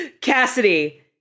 Cassidy